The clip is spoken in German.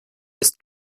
ist